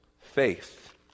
Faith